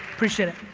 appreciate it.